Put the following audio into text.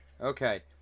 okay